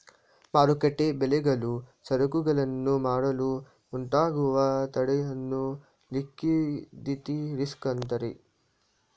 ಮಾರುಕಟ್ಟೆ ಬೆಲೆಗಳು ಸರಕುಗಳನ್ನು ಮಾಡಲು ಉಂಟಾಗುವ ತಡೆಯನ್ನು ಲಿಕ್ವಿಡಿಟಿ ರಿಸ್ಕ್ ಅಂತರೆ